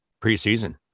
preseason